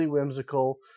whimsical